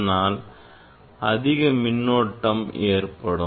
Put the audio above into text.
அதனால் அதிக மின்னோட்டம் ஏற்படும்